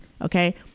okay